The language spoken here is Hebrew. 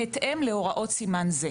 בהתאם להוראות סימן זה"